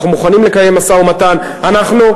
אנחנו מוכנים לקיים משא-ומתן, אנחנו,